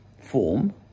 form